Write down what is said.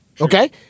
Okay